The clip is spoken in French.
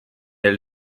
elle